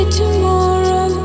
tomorrow